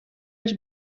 els